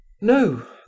No